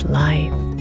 life